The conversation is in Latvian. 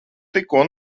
tikko